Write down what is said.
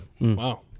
Wow